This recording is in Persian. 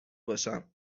باشم